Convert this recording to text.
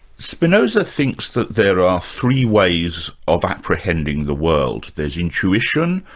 spinoza thinks that there are three ways of apprehending the world there's intuition,